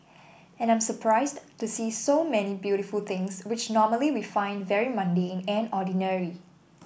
and I'm surprised to see so many beautiful things which normally we find very mundane and ordinary